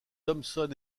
thompson